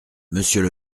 monsieur